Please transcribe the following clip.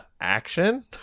Action